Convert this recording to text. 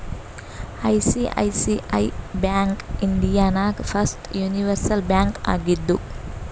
ICICI bank India ನಾಗ್ first universal bank ಆಗಿದ್ದು